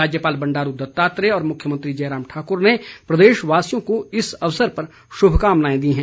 राज्यपल बंडारू दत्तात्रेय और मुख्यमंत्री जयराम ठाकुर ने प्रदेशवासियों को इस अवसर पर शुभकामनाएं दी है